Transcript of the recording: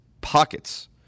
pockets